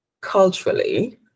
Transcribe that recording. Culturally